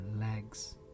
legs